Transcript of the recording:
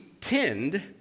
tend